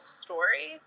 story